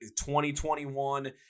2021